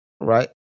Right